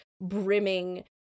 brimming